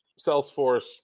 Salesforce